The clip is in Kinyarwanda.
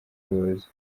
buyobozi